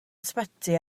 ysbyty